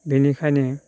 बेनिखायनो